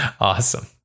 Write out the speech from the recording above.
Awesome